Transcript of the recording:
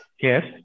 Yes